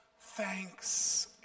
thanks